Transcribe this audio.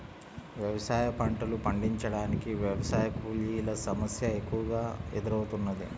వ్యవసాయ పంటలు పండించటానికి వ్యవసాయ కూలీల సమస్య ఎక్కువగా ఎదురౌతున్నది